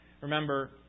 remember